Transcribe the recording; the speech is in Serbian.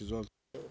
Izvolite.